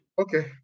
Okay